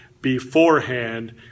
beforehand